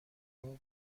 اون